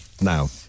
now